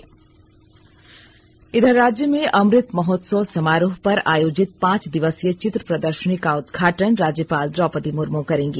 े इधर राज्य में अमृत महोत्सव समारोह पर आयोजित पांच दिवसीय चित्र प्रदर्शनी का उदघाटन राज्यपाल द्रौपदी मुर्मू करेंगी